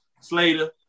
Slater